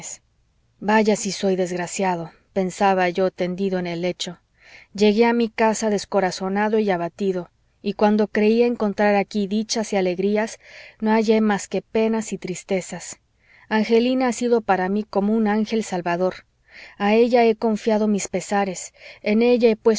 vaya si soy desgraciado pensaba yo tendido en el lecho llegué a mi casa descorazonado y abatido y cuando creía encontrar aquí dichas y alegrías no hallé más que penas y tristezas angelina ha sido para mí como un ángel salvador a ella he confiado mis pesares en ella